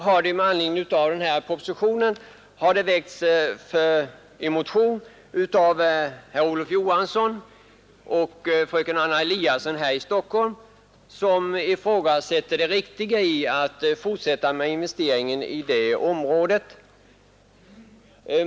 Med anledning av propositionen har en motion väckts av herr Olof Johansson i Stockholm och fröken Anna Eliasson, vilka ifrågasätter det riktiga i att fortsätta med investeringen i detta område.